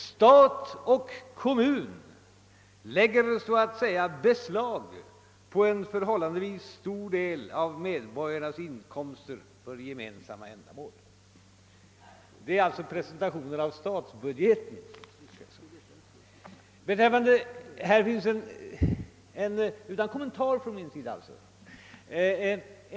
Stat och kommun lägger så att säga ”beslag på” en förhållandevis stor del av medborgarnas inkomster för gemensamma ändamål ———.» Det är presentationen av statsbudgeten — utan kommentar från min sida alltså.